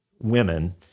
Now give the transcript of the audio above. women